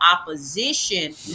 opposition